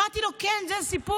אמרתי לו: כן, זה הסיפור.